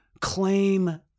claim